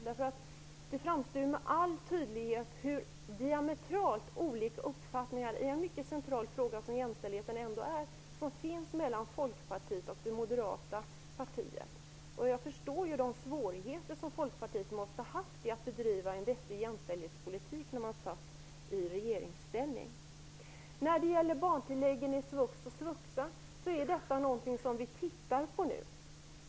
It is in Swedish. Det framstår nämligen med all tydlighet hur diametralt olika uppfattningar det finns mellan Folkpartiet och Moderata samlingspartiet i en så central fråga som jämställdhetsfrågan. Jag förstår att Folkpartiet i regeringsställning måste ha haft svårigheter när det gällt att bedriva en vettig jämställdhetspolitik. Barntilläggen i svux och svuxa tittar vi för närvarande på.